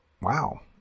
wow